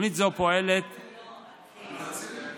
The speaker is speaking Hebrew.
תוכנית זו פועלת, ארצי?